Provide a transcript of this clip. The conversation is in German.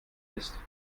ist